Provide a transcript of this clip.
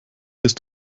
ist